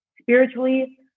Spiritually